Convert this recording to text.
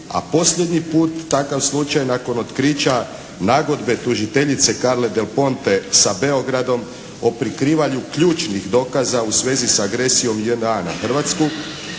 a posljednji put takav slučaj nakon otkrića nagodbe tužiteljice Carle del Ponte sa Beogradom o prikrivanju ključnih dokaza u svezi sa agresijom JNA na Hrvatsku,